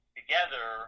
together